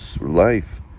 life